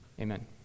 Amen